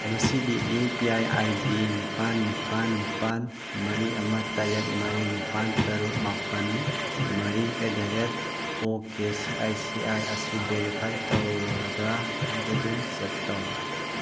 ꯃꯁꯤꯒꯤ U P I I D ꯅꯤꯄꯥꯜ ꯅꯤꯄꯥꯜ ꯅꯤꯄꯥꯜ ꯃꯔꯤ ꯑꯃ ꯇꯔꯦꯠ ꯃꯔꯤ ꯅꯤꯄꯥꯜ ꯇꯔꯨꯛ ꯃꯥꯄꯜ ꯃꯔꯤ at the rate O K I C I C I verify ꯇꯧꯔꯕ꯭ꯔꯥ ꯍꯥꯏꯕꯗꯨ ꯆꯦꯛ ꯇꯧ